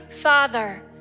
Father